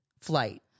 flight